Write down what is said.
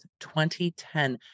2010